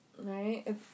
Right